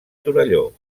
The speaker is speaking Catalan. torelló